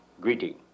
greeting